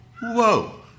Whoa